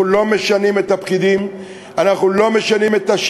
אנחנו לא משנים את הפקידים,